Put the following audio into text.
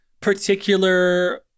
particular